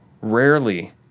rarely